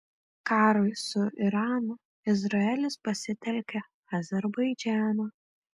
karui su iranu izraelis pasitelkia azerbaidžaną